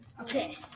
Okay